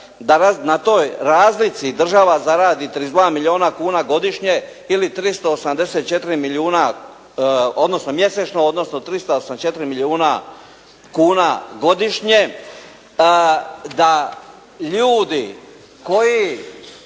da na toj razlici država zaradi 32 milijuna kuna godišnje ili 384 milijuna, odnosno mjesečno, odnosno 384 milijuna kuna godišnje, da ljudi koji